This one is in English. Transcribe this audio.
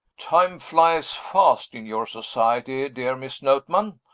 time flies fast in your society, dear miss notman.